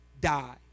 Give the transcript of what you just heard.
die